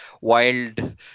wild